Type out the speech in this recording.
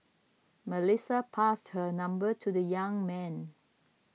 Melissa passed her number to the young man